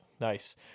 nice